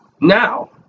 now